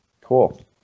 cool